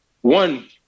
one